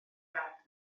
dad